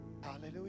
Hallelujah